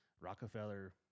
Rockefeller